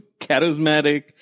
charismatic